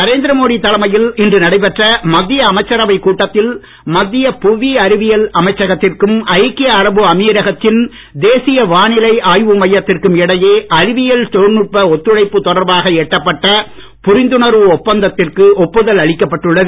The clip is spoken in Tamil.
நரேந்திர மோடி தலைமையில் இன்று நடைபெற்ற மத்திய அமைச்சரவைக் கூட்டத்தில் மத்திய புவி அறிவியல் அமைச்சகத்திற்கும் ஐக்கிய அரபு அமீரகத்தின் தேசிய வானிலை ஆய்வு மையத்திற்கும் இடையே அறிவியல் தொழில்நுட்ப ஒத்துழைப்பு தொடர்பாக எட்டப்பட்ட புரிந்துணர்வு ஒப்பந்தத்திற்கு ஒப்புதல் அளிக்கப்பட்டுள்ளது